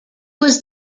was